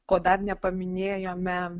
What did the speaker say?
ko dar nepaminėjome